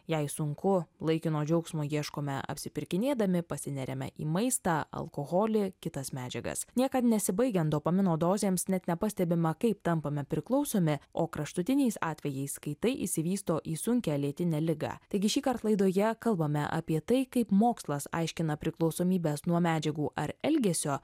jei sunku laikino džiaugsmo ieškome apsipirkinėdami pasineriame į maistą alkoholį kitas medžiagas niekad nesibaigiant dopamino dozėms net nepastebima kaip tampame priklausomi o kraštutiniais atvejais kai tai išsivysto į sunkią lėtinę ligą taigi šįkart laidoje kalbame apie tai kaip mokslas aiškina priklausomybes nuo medžiagų ar elgesio